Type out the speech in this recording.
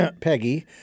peggy